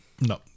No